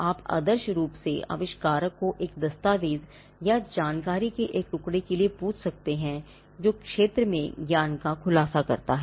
आप आदर्श रूप से आविष्कारक को एक दस्तावेज या जानकारी के एक टुकड़े के लिए पूछ सकते हैं जो क्षेत्र में ज्ञान का खुलासा करता है